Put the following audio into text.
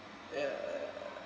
ya ya ya